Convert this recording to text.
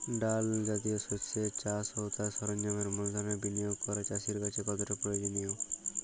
ডাল জাতীয় শস্যের চাষ ও তার সরঞ্জামের মূলধনের বিনিয়োগ করা চাষীর কাছে কতটা প্রয়োজনীয়?